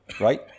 right